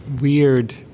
weird